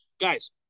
Guys